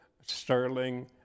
sterling